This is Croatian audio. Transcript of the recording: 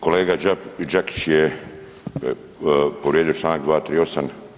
Kolega Đakić je povrijedio Članak 238.